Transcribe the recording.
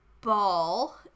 ball